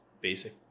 basic